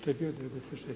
To je bio 96.